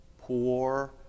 poor